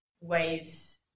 ways